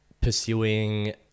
pursuing